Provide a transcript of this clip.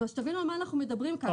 תבינו על מה אנחנו מדברים כאן.